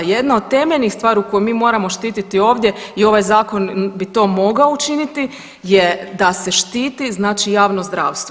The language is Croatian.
Jedna od temeljnih stvari koje mi moramo štititi ovdje je ovaj Zakon bi to mogao učiniti je da se štiti znači javno zdravstvo.